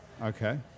Okay